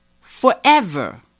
forever